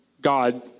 God